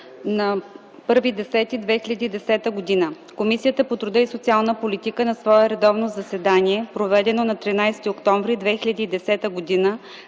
2010 г. Комисията по труда и социалната политика на свое редовно заседание, проведено на 13 октомври 2010 г.,